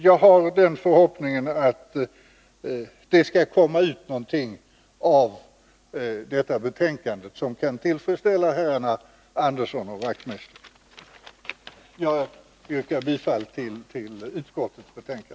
Jag har den förhoppningen att det skall komma ut någonting av utskottets betänkande som kan tillfredsställa herrar Andersson och Wachtmeister. Jag yrkar bifall till utskottets hemställan.